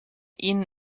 ihnen